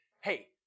hey